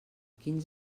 quins